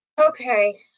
Okay